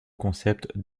concept